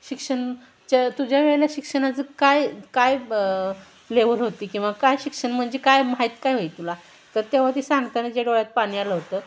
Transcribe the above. शिक्षणाच्या तुझ्या वेळेला शिक्षणाचं काय काय ब लेवल होती किंवा काय शिक्षण म्हणजे काय माहीत काय होय तुला तर तेव्हा ते सांगताना तिच्या डोळ्यात पाणी आलं होतं